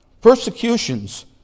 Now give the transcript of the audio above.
Persecutions